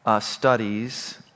Studies